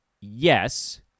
Yes